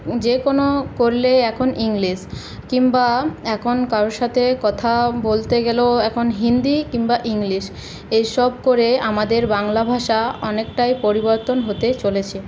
যে কোন করলে এখন ইংলিশ কিংবা এখন কারোর সাথে কথা বলতে গেলেও এখন হিন্দি কিংবা ইংলিশ এসব করে আমাদের বাংলা ভাষা অনেকটাই পরিবর্তন হতে চলেছে